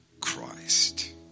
Christ